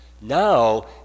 Now